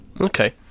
Okay